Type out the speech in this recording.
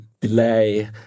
delay